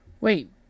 Wait